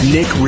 Nick